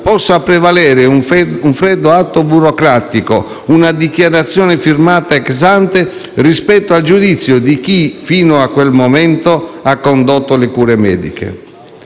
possa prevalere un freddo atto burocratico, una dichiarazione firmata *ex ante*, rispetto al giudizio di chi fino a quel momento ha condotto le cure mediche.